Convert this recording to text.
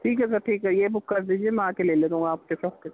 ٹھیک ہے سر ٹھیک ہے یہ بک کر دیجیے میں آ کے لے لیتا ہوں آپ کے شاپ سے